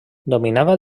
dominava